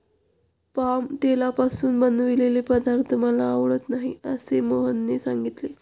palm तेलापासून बनवलेले पदार्थ मला आवडत नाहीत असे मोहनने सांगितले